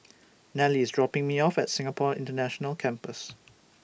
Nelie IS dropping Me off At Singapore International Campus